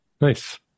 Nice